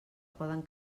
poden